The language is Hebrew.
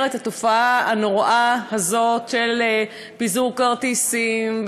את התופעה הנוראה הזאת של פיזור כרטיסים,